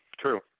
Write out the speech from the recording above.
True